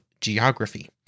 geography